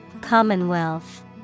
Commonwealth